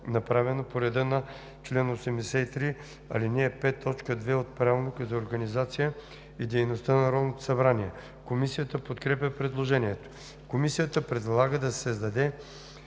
направено по реда на чл. 83, ал. 5, т. 2 от Правилника за организацията и дейността на Народното събрание. Комисията подкрепя предложението. Комисията предлага да се създаде